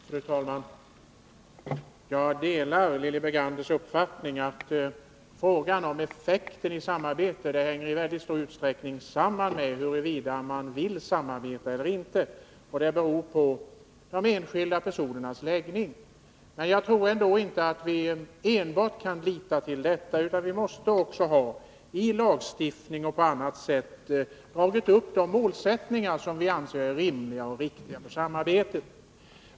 Fru talman! Jag delar Lilly Berganders uppfattning att frågan om effekten av samarbete i väldigt stor utsträckning hänger samman med huruvida man vill samarbeta eller inte, och det beror på de enskilda personernas läggning. Men jag tror ändå att vi inte enbart kan lita till detta, utan vi måste också i lagstiftning och på annat sätt ha dragit upp de riktlinjer som kan vara rimliga och riktiga för samarbetet.